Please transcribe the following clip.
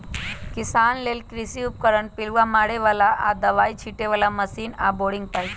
किसान लेल कृषि उपकरण पिलुआ मारे बला आऽ दबाइ छिटे बला मशीन आऽ बोरिंग पाइप